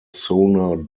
sonar